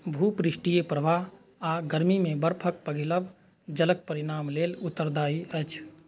भूपृष्ठीय प्रवाह आ गर्मीमे बर्फक पघिलब जलक परिणाम लेल उत्तरदायी अछि